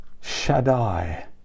shaddai